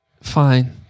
Fine